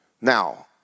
Now